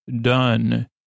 Done